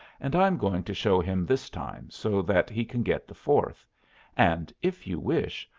and i'm going to show him this time, so that he can get the fourth and, if you wish,